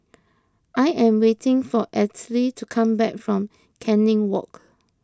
I am waiting for Althea to come back from Canning Walk